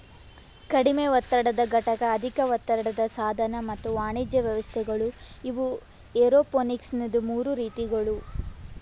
ಕಡಿಮೆ ಒತ್ತಡದ ಘಟಕ, ಅಧಿಕ ಒತ್ತಡದ ಸಾಧನ ಮತ್ತ ವಾಣಿಜ್ಯ ವ್ಯವಸ್ಥೆಗೊಳ್ ಇವು ಏರೋಪೋನಿಕ್ಸದು ಮೂರು ರೀತಿಗೊಳ್